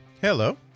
Hello